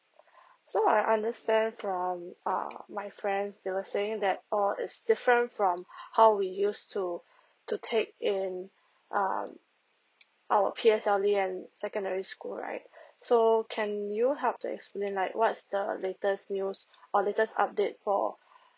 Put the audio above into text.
so I understand from uh my friends they were saying that err it's different from how we use to to take in um our P_S_L_E in secondary school right so can you help to explain like what's the latest news or latest update for